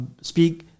speak